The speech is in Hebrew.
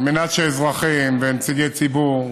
על מנת שאזרחים ונציגי ציבור,